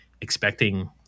expecting